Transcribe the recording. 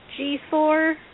G4